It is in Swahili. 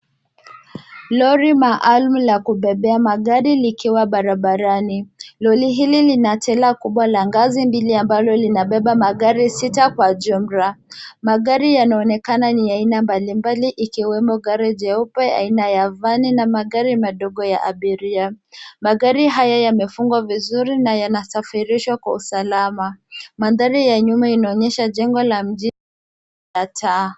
Lori maalum la kubebea magari likiwa barabarani. Lori hili lina trela kubwa la ngazi mbili ambalo linabeba magari sita kwa jumla. Magari yanaonekana ni ya aina mbalimbali ikiwemo gari jeupe aina ya Van na magari madogo ya abiria. Magari haya yamefungwa vizuri na yanasafirishwa kwa usalama. Mandhari ya nyuma inaonyesha jengo la mji na taa.